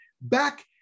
Back